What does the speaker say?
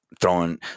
throwing